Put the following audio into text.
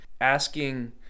asking